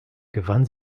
gewann